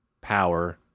power